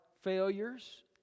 failures